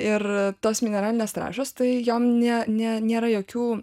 ir tos mineralinės trąšos tai jom ne ne nėra jokių